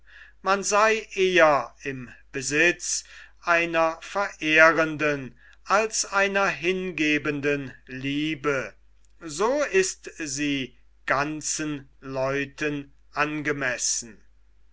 man sei eher im besitz einer verehrenden als einer hingebenden liebe so ist sie ganzen leuten angemessen